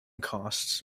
costs